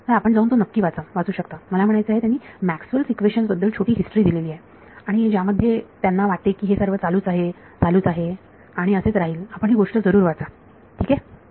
तर आपण जाऊन तो नक्की वाचा वाचू शकता मला म्हणायचे आहे त्यांनी मॅक्सवेल इक्वेशन्सMaxwell's equations बद्दल छोटी हिस्ट्री दिलेली आहे आणि ज्यामध्ये त्याला वाटते की हे सर्व चालूच आहे चालूच आहे आपण ही गोष्ट जरूर वाचा ठीक आहे